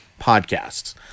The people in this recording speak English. podcasts